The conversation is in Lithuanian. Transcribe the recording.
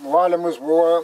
valymas buva